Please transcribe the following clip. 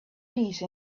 peace